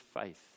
faith